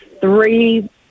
three